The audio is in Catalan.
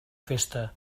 festa